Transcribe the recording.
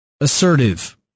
assertive